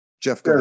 jeff